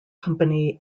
company